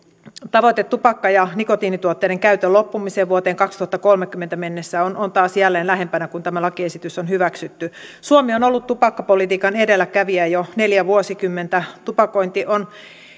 tavoite tupakka ja nikotiinituotteiden käytön loppumisesta vuoteen kaksituhattakolmekymmentä mennessä on taas jälleen lähempänä kun tämä lakiesitys on hyväksytty suomi on ollut tupakkapolitiikan edelläkävijä jo neljä vuosikymmentä tupakointi on